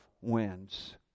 wins